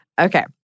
Okay